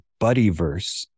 Buddyverse